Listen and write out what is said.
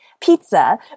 pizza